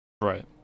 Right